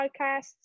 Podcasts